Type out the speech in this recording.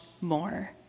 more